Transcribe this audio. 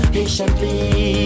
Patiently